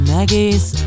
Maggie's